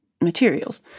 materials